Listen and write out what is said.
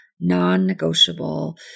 non-negotiable